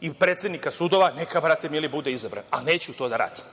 i predsednika sudova, neka bude izabran, ali neću to da radim.